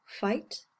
fight